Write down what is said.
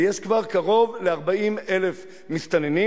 יש כבר קרוב ל-40,000 מסתננים.